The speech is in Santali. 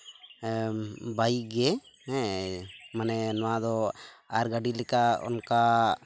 ᱵᱟᱭᱤᱠ ᱜᱮ ᱦᱮᱸ ᱢᱟᱱᱮ ᱱᱚᱣᱟ ᱫᱚ ᱟᱨ ᱜᱟᱹᱰᱤ ᱞᱮᱠᱟ ᱚᱱᱠᱟ